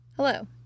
Hello